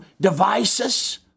devices